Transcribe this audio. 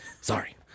Sorry